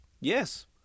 Yes